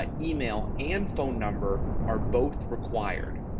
ah email and phone number are both required.